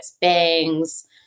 bangs